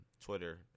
Twitter